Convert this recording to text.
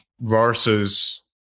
versus